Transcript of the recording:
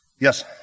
Yes